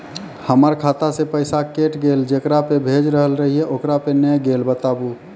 हमर खाता से पैसा कैट गेल जेकरा पे भेज रहल रहियै ओकरा पे नैय गेलै बताबू?